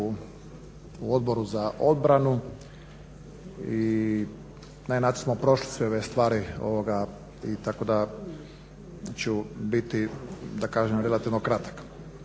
u Odboru za obranu i na jedan način smo prošli sve ove stvari i tako da ću biti da kažem relativno kratak.